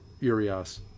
Urias